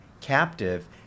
captive